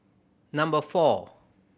number four